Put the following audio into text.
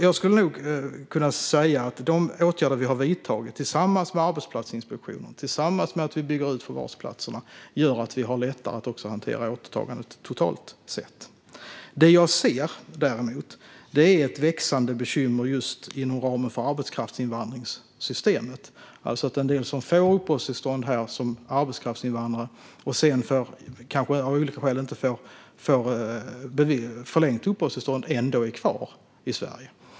Jag skulle nog kunna säga att de åtgärder som vi har vidtagit - samtidigt som vi gör arbetsplatsinspektioner och bygger ut antalet förvarsplatser - gör att vi också har lättare att hantera återtagandet totalt sett. Det som jag däremot ser som ett växande bekymmer inom ramen för arbetskraftsinvandringssystemet är att en del som får uppehållstillstånd här som arbetskraftsinvandrare och sedan av olika skäl inte får förlängt uppehållstillstånd ändå är kvar i Sverige.